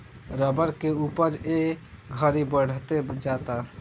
rubber के उपज ए घड़ी बढ़ते जाता